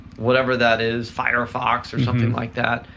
whatever that is, firefox or something like that,